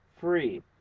free